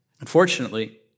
Unfortunately